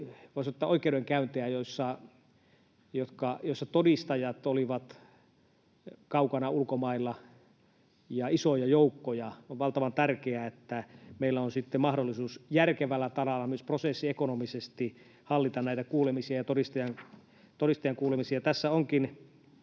voi sanoa, oikeudenkäyntejä, joissa todistajat olivat kaukana ulkomailla ja oli isoja joukkoja. On valtavan tärkeää, että meillä on mahdollisuus järkevällä tavalla myös prosessiekonomisesti hallita näitä kuulemisia ja todistajien kuulemisia. Tässä onkin